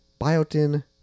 biotin